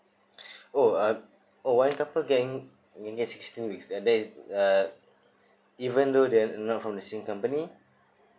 oh uh oh one couples can can get sixteen weeks there is uh even though they're not from the same company